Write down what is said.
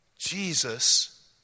Jesus